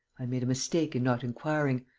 i made a mistake in not inquiring.